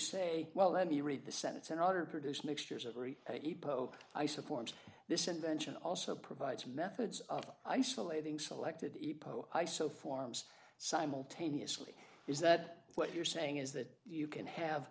say well let me read the sentence in order to produce mixtures every ipo i support this invention also provides methods of isolating selected iso forms simultaneously is that what you're saying is that you can have